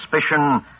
suspicion